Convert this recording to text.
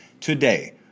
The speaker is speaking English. today